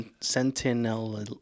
Sentinel